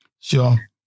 Sure